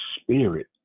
spirit